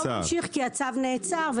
לא ממשיך, כי הצו נעצר.